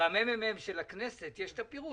במרכז המחקר והמידע של הכנסת ישנו הפירוט